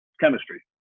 chemistry